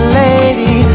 lady